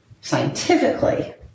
scientifically